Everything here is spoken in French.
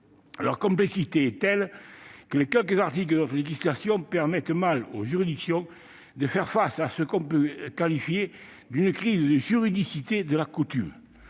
Leur complexité est telle que les quelques articles de notre législation permettent mal aux juridictions de faire face à ce que l'on peut qualifier d'une crise de juridicité de la coutume.